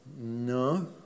No